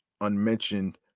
unmentioned